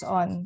on